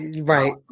right